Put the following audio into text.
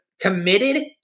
committed